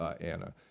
Anna